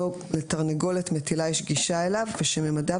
שלתרנגולת מטילה יש גישה אליו ושממדיו